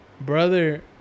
brother